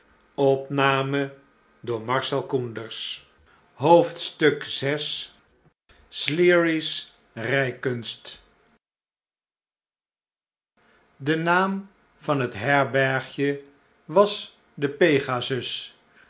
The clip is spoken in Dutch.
s bijkunst de naam van het herbergje was d